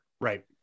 Right